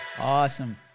Awesome